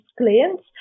clients